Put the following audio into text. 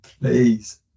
please